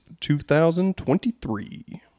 2023